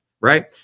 right